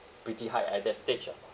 pretty high at that stage ah